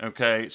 Okay